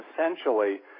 essentially